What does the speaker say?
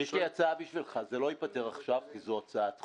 זה לא ייפתר עכשיו, כי זאת הצעת חוק.